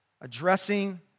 addressing